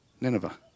Nineveh